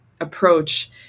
approach